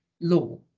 law